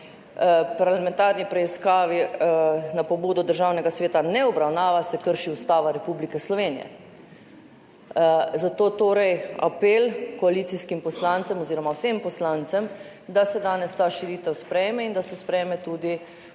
parlamentarni preiskavi na pobudo Državnega sveta ne obravnava, se krši Ustava Republike Slovenije. Zato torej apel koalicijskim poslancem oziroma vsem poslancem, da se danes ta širitev sprejme in da se sprejme tudi